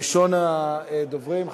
ראשון הדוברים,